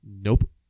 nope